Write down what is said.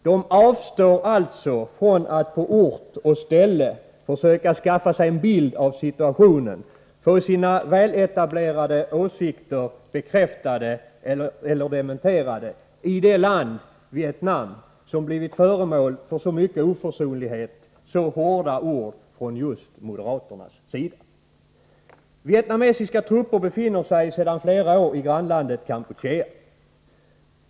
De avstår alltså från att på ort och ställe försöka skaffa sig en bild av situationen, få sina väletablerade åsikter bekräftade eller dementerade i det land — Vietnam — som blivit föremål för så mycket oförsonlighet, så hårda ord från just moderaternas sida. Vietnamesiska trupper befinner sig sedan flera år i grannlandet Kampuchea.